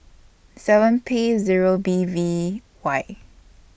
seven P Zero B V Y